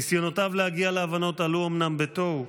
ניסיונותיו להגיע להבנות עלו בתוהו,